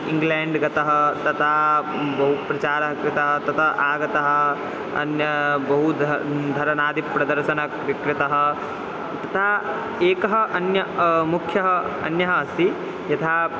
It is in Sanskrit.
इङ्ग्लेण्ड् गतः तदा बहु प्रचारः कृतः तदा आगतः अन्य बहु धर् धरणादिप्रदर्शनं कृ कृतं तथा एकः अन्य मुख्यः अन्यः अस्ति यथा